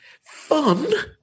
Fun